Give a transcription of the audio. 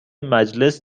مجلس